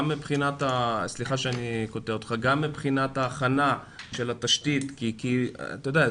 גם מבחינת ההכנה של התשתית כי אתה יודע,